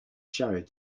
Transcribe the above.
showed